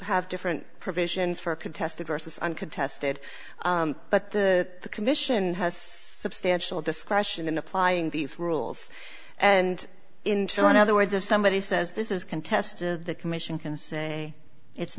have different provisions for contested versus uncontested but the commission has substantial discretion in applying these rules and in turn on other words if somebody says this is contested the commission can say it's